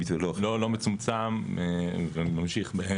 לא, לא מצומצם, וממשיך.